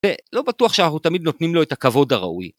ולא בטוח שאנחנו תמיד נותנים לו את הכבוד הראוי.